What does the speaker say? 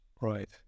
Right